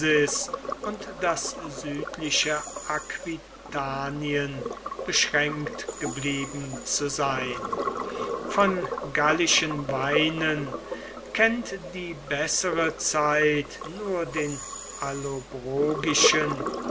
und das südliche aquitanien beschränkt geblieben zu sein von gallischen weinen kennt die bessere zeit nur den allobrogischen